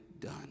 done